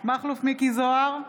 מכלוף מיקי זוהר,